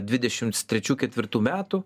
dvidešims trečių ketvirtų metų